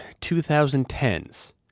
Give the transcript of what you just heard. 2010s